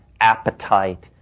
appetite